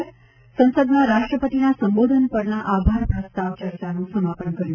સંસદમાં રાષ્ટ્રપતિના સંબોધન પરના આભાર પ્રસ્તાવ ચર્ચાનું સમાપન કર્યું